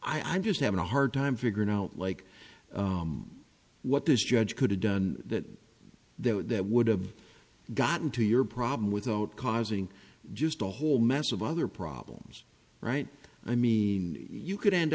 m just having a hard time figuring out like what this judge could have done that though that would have gotten to your problem without causing just a whole mess of other problems right i mean you could end